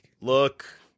Look